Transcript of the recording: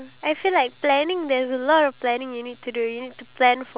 what parts would you want the director to focus on